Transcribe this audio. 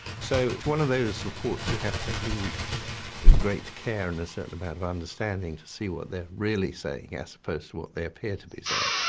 so it's one of those reports you have to read with great care and a certain amount of understanding to see what they are really saying as opposed to what they appear to be saying.